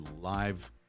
live